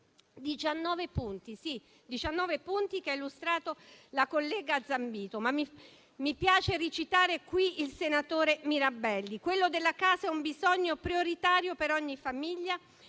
19 punti che ha illustrato la collega Zambito. Mi piace citare qui il senatore Mirabelli: quello della casa è un bisogno prioritario per ogni famiglia